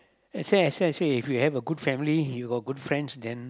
I say that's why I say if we have a good family you got good friends then